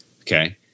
Okay